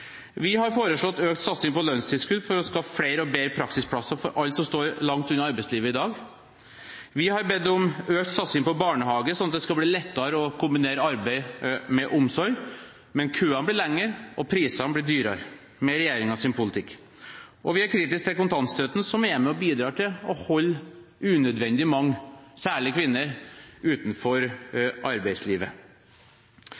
Vi har foreslått økt satsing på lønnstilskudd for å skaffe flere og bedre praksisplasser for alle som står langt unna arbeidslivet i dag. Vi har bedt om økt satsing på barnehage sånn at det skal bli lettere å kombinere arbeid med omsorg. Men køene blir lengre, og prisene blir høyere med regjeringens politikk. Vi er kritisk til kontantstøtten, som er med og bidrar til å holde unødvendig mange, særlig kvinner, utenfor